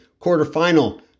quarterfinal